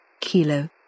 Kilo